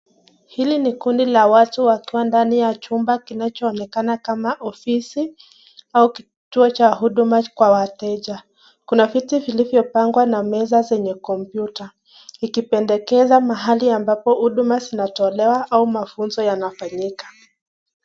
Hili ni kundi la watu wakiwa ndani ya chumba kinachoonekana kama ofisi au kituo cha huduma kwa wateja, kuna viti vilivyopangwa na meza zenye kompyuta, ikipendekeza mahali ambapo huduma zinatolewa au mafunzo yanafanyika.